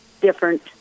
different